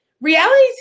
reality